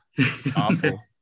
awful